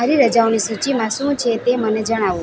મારી રજાઓની સૂચિમાં શું છે તે મને જણાવો